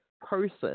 person